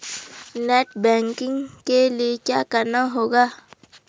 Net banking के लिए क्या करना होगा?